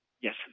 Yes